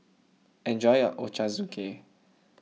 enjoy your Ochazuke